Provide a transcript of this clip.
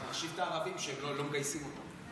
אתה מחשיב את הערבים, לא מגייסים אותם.